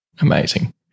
Amazing